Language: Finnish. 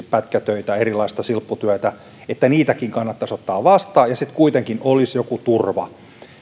pätkätöitä ja erilaista silpputyötä ja että niitäkin kannattaisi ottaa vastaan ja sitten kuitenkin olisi joku turva